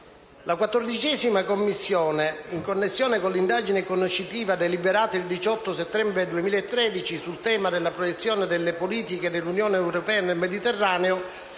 La 14ª Commissione, in connessione con l'indagine conoscitiva deliberata il 18 settembre 2013 sul tema della proiezione delle politiche dell'Unione europea nel Mediterraneo,